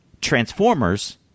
Transformers